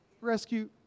rescue